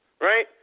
right